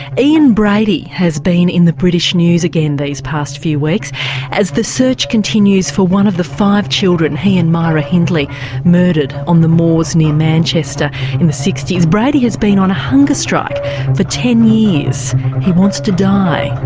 brady has been in the british news again these past few weeks as the search continues for one of the five children he and myra hindley murdered on the moors near manchester in the sixty s. brady has been on a hunger strike for ten years he wants to die.